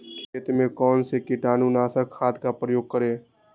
खेत में कौन से कीटाणु नाशक खाद का प्रयोग करें?